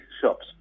shops